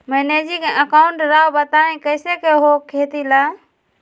Managing account राव बताएं कैसे के हो खेती ला?